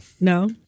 no